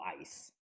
Ice